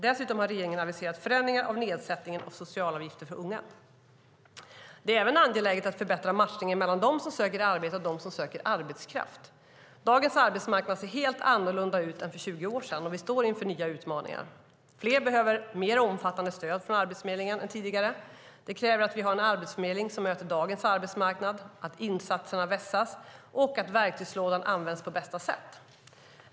Dessutom har regeringen aviserat förändringar av nedsättningen av socialavgifter för unga. Det är även angeläget att förbättra matchningen mellan dem som söker arbete och dem som söker arbetskraft. Dagens arbetsmarknad ser helt annorlunda ut än för tjugo år sedan, och vi står inför nya utmaningar. Fler behöver mer omfattande stöd från Arbetsförmedlingen än tidigare. Det kräver att vi har en Arbetsförmedling som möter dagens arbetsmarknad, att insatserna vässas och att verktygslådan används på bästa sätt.